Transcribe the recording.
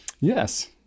Yes